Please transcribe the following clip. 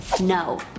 No